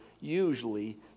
usually